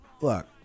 Look